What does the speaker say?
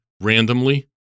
randomly